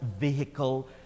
vehicle